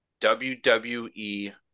WWE